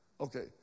Okay